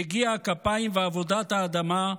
יגיע הכפיים ועבודת האדמה,